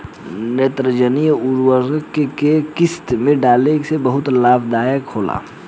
नेत्रजनीय उर्वरक के केय किस्त में डाले से बहुत लाभदायक होला?